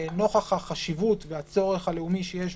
נוכח החשיבות והצורך הלאומי שיש